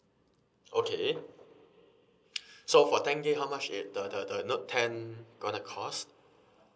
okay so for ten gigabyte how much it the the the note ten gonna cost